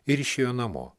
ir išėjo namo